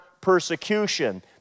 persecution